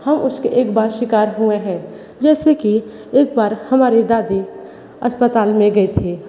हम उसके एक बार शिकार हुए हैं जैसे कि एक बार हमारी दादी अस्पताल में गई थी